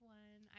one